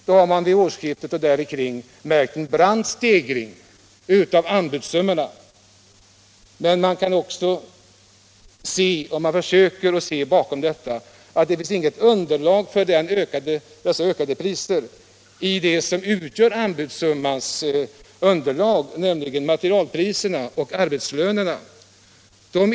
Ungefär vid årsskiftet har det förmärkts en brant stegring av anbudssummorna, men man kan också se att det inte finns någon grund för höjningen av priserna med tanke på det som utgör anbudssummans underlag, nämligen materialpriserna och arbetslönerna.